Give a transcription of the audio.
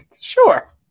sure